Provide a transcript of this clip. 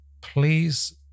please